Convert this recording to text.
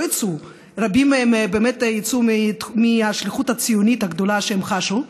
לא יצאו: רבים באמת יצאו מהשליחות הציונית הגדולה שהם חשו,